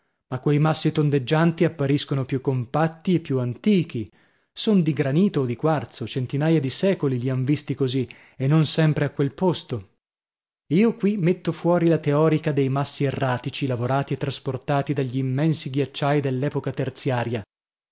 ma quei massi tondeggianti appariscono più compatti e più antichi son di granito o di quarzo centinaia di secoli li han visti così e non sempre a quel posto io qui metto fuori la teorica dei massi erratici lavorati e trasportati dagli immensi ghiacciai dell'epoca terziaria